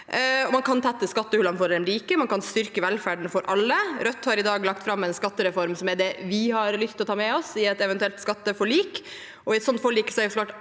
Man kan tette skattehullene for de rike, man kan styrke velferden for alle. Rødt har i dag lagt fram forslag til en skattereform som er det vi har lyst til å ta med oss i et eventuelt skatteforlik.